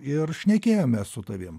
ir šnekėjomės su tavim